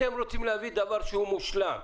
אתם רוצים להביא דבר שהוא מושלם.